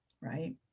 right